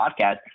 podcast